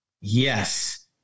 Yes